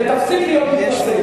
ותפסיק להיות מתנשא.